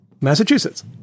Massachusetts